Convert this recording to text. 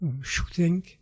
shooting